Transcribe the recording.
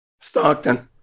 Stockton